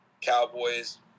Cowboys